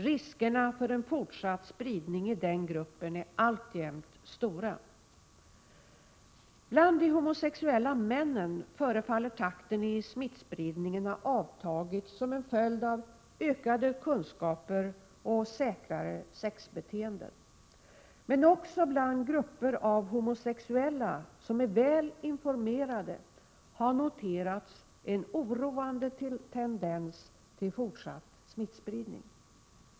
Riskerna för en fortsatt spridning i den gruppen är alltjämt stora. Bland de homosexuella männen förefaller takten i smittspridningen ha avtagit som en följd av ökade kunskaper och säkrare sexbeteenden. Men också bland grupper av homosexuella, som är väl informerade, har noterats en oroande tendens till fortsatt smittspridning.